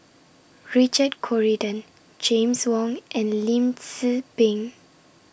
Richard Corridon James Wong and Lim Tze Peng